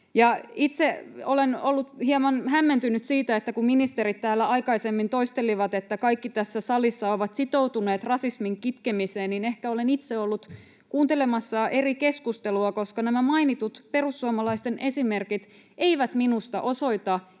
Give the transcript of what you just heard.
Itse olen ollut hieman hämmentynyt siitä, että kun ministerit täällä aikaisemmin toistelivat, että kaikki tässä salissa ovat sitoutuneet rasismin kitkemiseen, niin ehkä olen itse ollut kuuntelemassa eri keskustelua, koska nämä mainitut perussuomalaisten esimerkit eivät minusta osoita